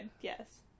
Yes